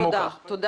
תודה.